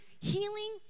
healing